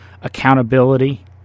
accountability